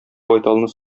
байталны